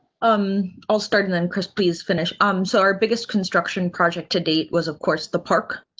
um, i'll start and then chris please finish. um, so our biggest construction project to date was, of course, the park,